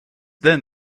then